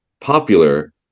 popular